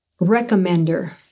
recommender